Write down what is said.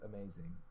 amazing